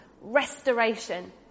restoration